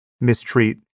mistreat